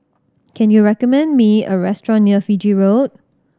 can you recommend me a restaurant near Fiji Road